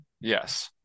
Yes